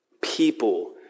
people